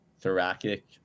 thoracic